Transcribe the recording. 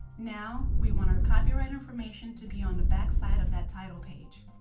now, we want our copyright information to be on the backside of that title page.